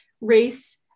race